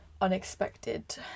unexpected